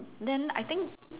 then I think